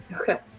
Okay